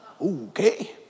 Okay